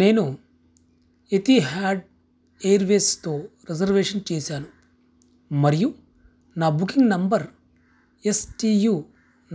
నేను ఎతిహాడ్ ఎయిర్వేస్తో రిజర్వేషన్ చేసాను మరియు నా booking number S T you